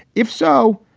if so,